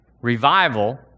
revival